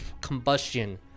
combustion